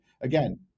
again